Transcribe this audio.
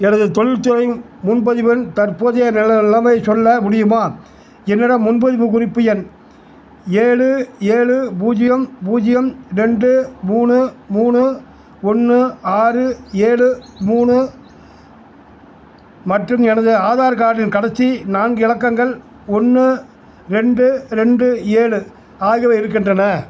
எனது தொழில்துறையின் முன்பதிவின் தற்போதைய நிலை நிலமையைச் சொல்ல முடியுமா என்னிடம் முன்பதிவு குறிப்பு எண் ஏழு ஏழு பூஜ்ஜியம் பூஜ்ஜியம் ரெண்டு மூணு மூணு ஒன்று ஆறு ஏழு மூணு மற்றும் எனது ஆதார் கார்டின் கடைசி நான்கு இலக்கங்கள் ஒன்று ரெண்டு ரெண்டு ஏழு ஆகியவை இருக்கின்றன